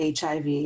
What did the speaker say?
HIV